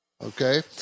Okay